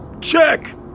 check